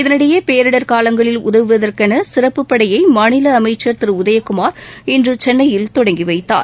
இதனிடையே பேரிடர் காவங்களில் உதவுவதற்கென சிறப்புப்படையை மாநில அமைச்சர் திரு உதயகுமார் இன்று சென்னையில் தொடங்கி வைத்தார்